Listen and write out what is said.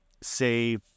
say